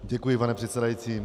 Děkuji, pane předsedající.